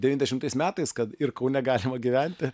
devyniasdešimtais metais kad ir kaune galima gyventi